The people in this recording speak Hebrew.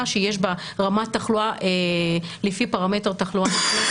שיש בה רמת תחלואה לפי פרמטר תחלואה ---,